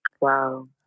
Wow